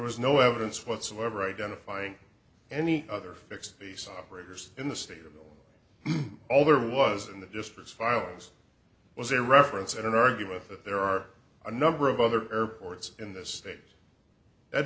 was no evidence whatsoever identifying any other fixed base operators in the state of them all there was in the districts violence was a reference in an argument that there are a number of other airports in this state that